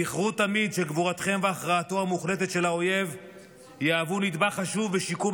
זכרו תמיד שגבורתכם והכרעתו המוחלטת של האויב יהוו נדבך חשוב בשיקום